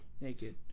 Naked